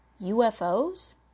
UFOs